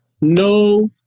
no